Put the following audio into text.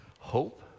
Hope